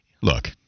look